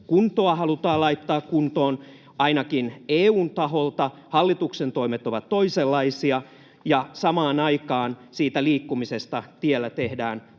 kuntoa halutaan laittaa kuntoon ainakin EU:n taholta. Hallituksen toimet ovat toisenlaisia, ja samaan aikaan liikkumisesta tiellä tehdään